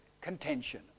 contention